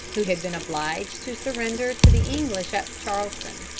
who had been obliged to surrender to the english at charleston.